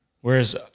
Whereas